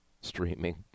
streaming